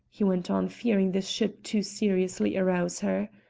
he went on, fearing this should too seriously arouse her.